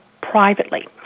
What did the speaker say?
privately